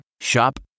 Shop